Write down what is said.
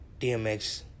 DMX